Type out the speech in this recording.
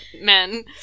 men